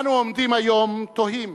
אנו עומדים היום תוהים